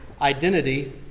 identity